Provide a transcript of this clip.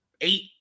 eight